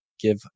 give